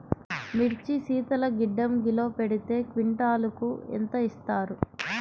మిర్చి శీతల గిడ్డంగిలో పెడితే క్వింటాలుకు ఎంత ఇస్తారు?